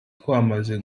twamaze